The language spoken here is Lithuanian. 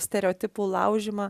stereotipų laužymą